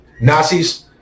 Nazis